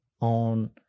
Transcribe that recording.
on